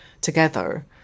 together